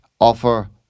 offer